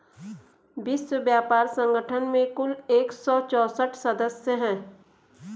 विश्व व्यापार संगठन में कुल एक सौ चौसठ सदस्य हैं